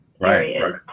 right